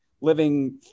living